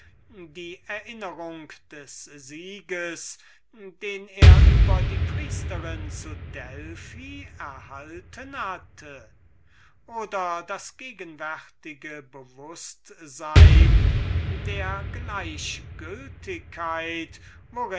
die erinnerung des sieges den er über die priesterin zu delphi erhalten hatte oder das gegenwärtige bewußtsein der gleichgültigkeit